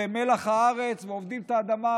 שהם מלח הארץ ועובדים את האדמה,